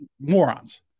Morons